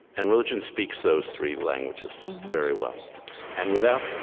and religion speaks those three languages very well and without